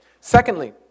Secondly